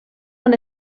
han